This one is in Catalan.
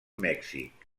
mèxic